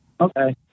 Okay